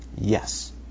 Yes